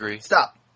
stop